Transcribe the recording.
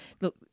Look